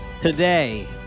today